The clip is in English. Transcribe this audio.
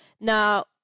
Now